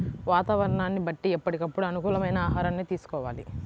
వాతావరణాన్ని బట్టి ఎప్పటికప్పుడు అనుకూలమైన ఆహారాన్ని తీసుకోవాలి